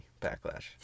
backlash